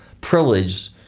privileged